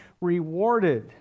rewarded